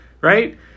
right